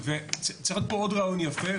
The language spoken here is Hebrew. צריך לראות פה עוד רעיון יפה.